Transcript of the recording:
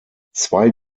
zwei